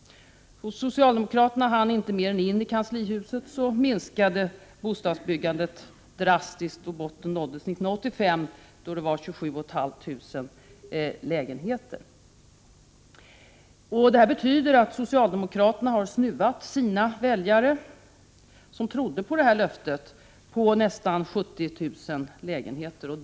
Socialdemokraterna hann inte mer än in i kanslihuset, så minskade bostadsbyggandet drastiskt, och botten nåddes 1985, då det byggdes 27 500 lägenheter. Det här betyder att socialdemokraterna har snuvat sina väljare, som trodde på löftet, på nästan 70 000 lägenheter.